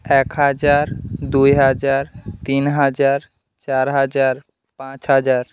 এক হাজার দুই হাজার তিন হাজার চার হাজার পাঁচ হাজার